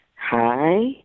Hi